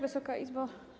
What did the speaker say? Wysoka Izbo!